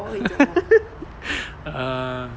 uh